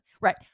right